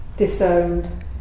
disowned